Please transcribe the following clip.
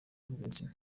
mpuzabitsina